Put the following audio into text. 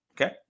Okay